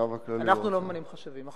אנחנו לא ממנים חשבים.